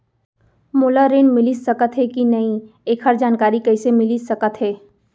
मोला ऋण मिलिस सकत हे कि नई एखर जानकारी कइसे मिलिस सकत हे?